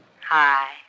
Hi